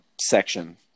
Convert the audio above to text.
section